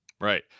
Right